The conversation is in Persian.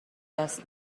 دست